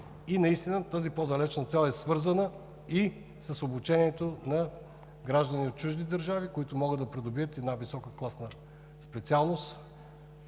и настина по-далечната цел е свързана и с обучението на граждани от чужди държави, които могат да придобият и висока класна специалност,